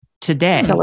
Today